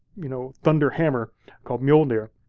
you know thunder hammer called mjolnir.